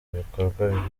ibikorwa